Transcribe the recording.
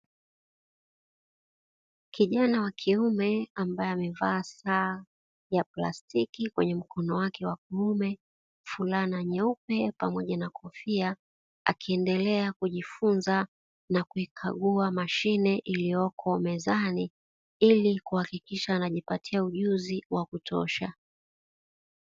Kijana wa kiume ambaye amevaa saa ya plastiki kwenye mkono wake wa kuume, fulana nyeupe pamoja na kofia, akiendelea kujifunza na kuikagua mashine iliyoko mezani ili kuhakikisha anajipatia ujuzi wa kutosha.